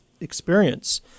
experience